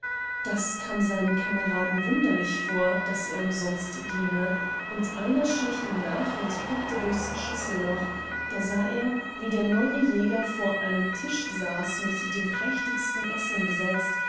das kam seinen cameraden wunderlich vor daß der umsonst diene und einer schlich ihm nach und guckte durchs schlüsselloch da sah er wie der neue jäger vor einem tisch saß mit dem prächtigsten essen besetzt